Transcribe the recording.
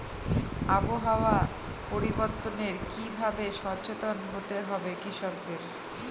আবহাওয়া পরিবর্তনের কি ভাবে সচেতন হতে হবে কৃষকদের?